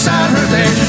Saturday